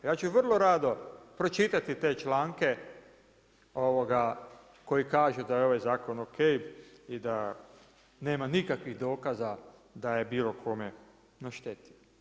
Ja ću vrlo rado pročitati te članke koji kažu da je ovaj zakon ok i da nema nikakvih dokaza da je bilo kome naštetio.